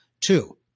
Two